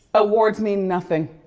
awards mean nothing.